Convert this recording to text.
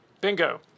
Bingo